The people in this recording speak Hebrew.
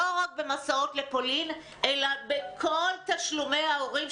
לא רק במסעות לפולין אלא בכל תשלומי ההורים,